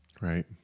Right